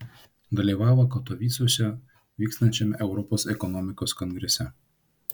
dalyvavo katovicuose vykstančiame europos ekonomikos kongrese